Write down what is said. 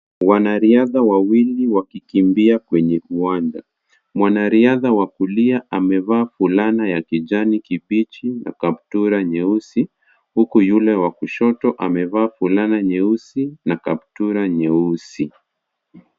Wanariadha wawili wakikimbia kwenye uwanja, mwanariadha wa kulia amevaa fulana ya kijani kibichi na kaptura nyeusi, huku yule wa kushoto amevaa fulana nyeusi na kaptura nyeusi.